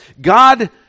God